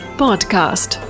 podcast